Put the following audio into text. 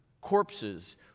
corpses